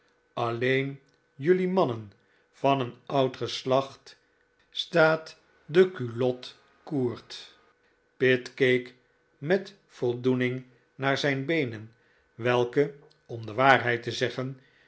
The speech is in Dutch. alleen jelui mannen van een oud geslacht staat de culotte courte pitt keek met voldoening naar zijn beenen welke om de waarheid te zeggen